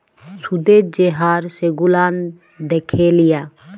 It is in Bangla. সুদের যে হার সেগুলান দ্যাখে লিয়া